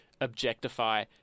objectify